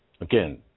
Again